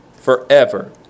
forever